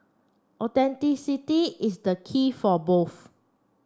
authenticity is the key for both